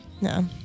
No